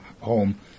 home